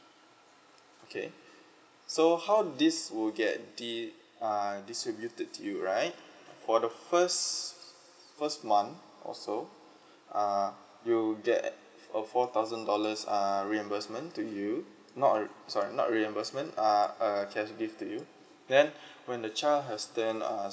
okay so how this will get the err distributed to you right for the first first month or so err you'll get a four thousand dollars err reimbursement to you not uh sorry not really reimbursement uh a cash gift to you then when the child has turned uh